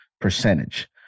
percentage